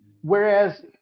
whereas